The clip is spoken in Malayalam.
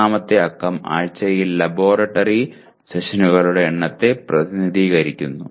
മൂന്നാമത്തെ അക്കം ആഴ്ചയിൽ ലബോറട്ടറി സെഷനുകളുടെ എണ്ണത്തെ പ്രധിനിധീകരിക്കുന്നു